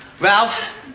Ralph